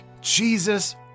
Jesus